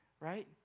Right